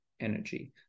energy